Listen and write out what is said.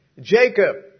Jacob